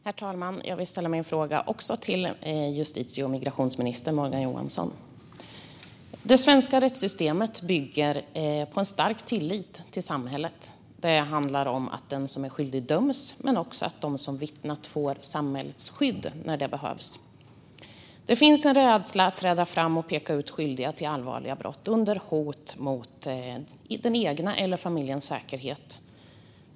Herr talman! Jag vill också ställa min fråga till justitie och migrationsminister Morgan Johansson. Det svenska rättssystemet bygger på en stark tillit till samhället. Det handlar om att den som är skyldig döms men också om att de som vittnat får samhällets skydd när det behövs. Det finns en rädsla att träda fram och peka ut skyldiga till allvarliga brott under hot mot ens egen eller familjens säkerhet.